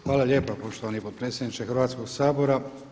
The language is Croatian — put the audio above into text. Hvala lijepa poštovani potpredsjedniče Hrvatskog sabora.